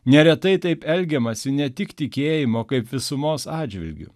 neretai taip elgiamasi ne tik tikėjimo kaip visumos atžvilgiu